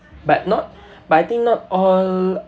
but not but I think not all